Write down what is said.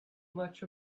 much